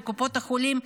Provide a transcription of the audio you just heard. לקופות החולים,